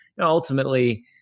ultimately